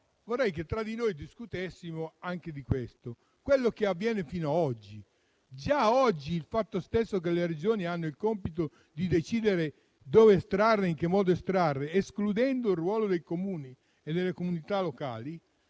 Vorrei però che tra di noi discutessimo anche di quello che avviene oggi. Già oggi, il fatto stesso che le Regioni abbiano il compito di decidere dove e in che modo estrarre, escludendo il ruolo dei Comuni e delle comunità locali,